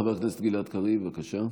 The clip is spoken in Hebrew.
חבר הכנסת גלעד קריב, בבקשה.